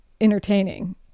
entertaining